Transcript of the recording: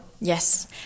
Yes